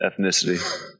ethnicity